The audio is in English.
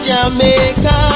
Jamaica